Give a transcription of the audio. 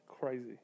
crazy